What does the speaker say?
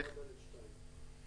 לגבי (4)